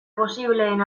posibleen